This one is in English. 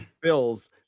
Bills